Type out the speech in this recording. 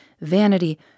vanity